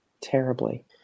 terribly